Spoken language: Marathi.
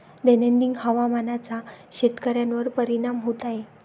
दैनंदिन हवामानाचा शेतकऱ्यांवर परिणाम होत आहे